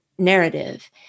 narrative